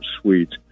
suite